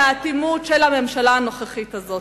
מול האטימות של הממשלה הנוכחית הזאת,